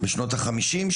בשנות ה-50,